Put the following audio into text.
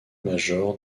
major